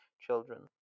children